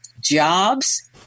jobs